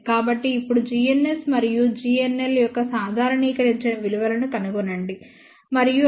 కాబట్టి ఇప్పుడు gns మరియు g nl యొక్క సాధారణీకరించిన విలువలను కనుగొనండి మరియు అది 0